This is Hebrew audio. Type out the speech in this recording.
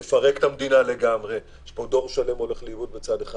לפרק את המדינה לגמרי יהיה פה דור שלם שהולך לאיבוד מצד אחד